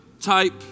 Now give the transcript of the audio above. type